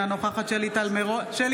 אינה נוכחת שלי טל מירון,